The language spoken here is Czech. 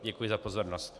Děkuji za pozornost.